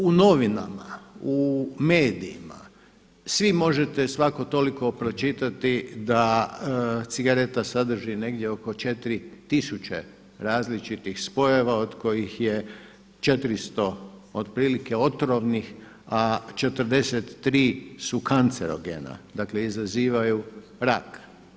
U novinama, u medijima svi možete svako toliko pročitati da cigareta sadrži negdje oko 4000 različitih spojeva od kojih je 400 otprilike otrovnih, a 43 su kancerogena, dakle izazivaju rak.